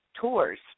tours